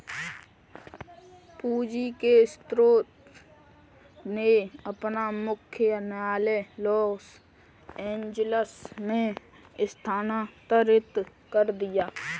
पूंजी के स्रोत ने अपना मुख्यालय लॉस एंजिल्स में स्थानांतरित कर दिया